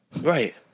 Right